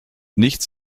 nichts